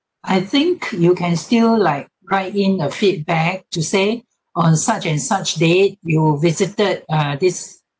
I think you can still like write in a feedback to say on such and such date you visited uh this